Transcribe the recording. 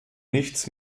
nichts